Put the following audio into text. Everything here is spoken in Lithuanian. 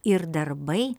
ir darbai